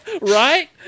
Right